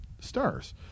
stars